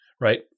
right